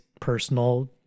personal